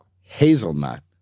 hazelnut